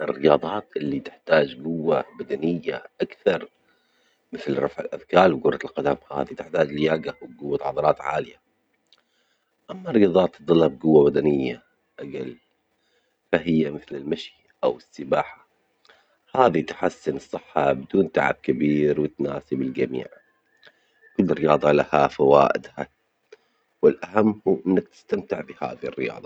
الرياضات اللي تحتاج جوة بدنية أكثر مثل رفع الأثجال و كرة القدم هذه تحتاج لياجة وجوة عضلات عالية، أما الرياضات التتطلب جوة بدنية أجل فهي مثل المشي أو السباحة هذه تحسن الصحة بدون تعب كبير وتناسب الجميع، كل رياضة لها فوائدها و الأهم إنك تستمتع بهذه الرياضة.